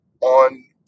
on